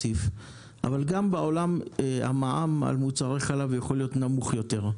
אבל גם בעולם המע"מ על מוצרי חלב יכול להיות נמוך יותר.